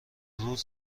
روز